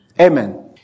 Amen